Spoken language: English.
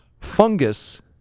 fungus